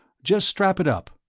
just strap it up.